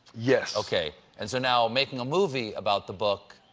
yes okay. and so now making a movie about the book,